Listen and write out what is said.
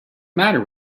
matter